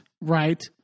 right